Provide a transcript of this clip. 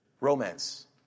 Romance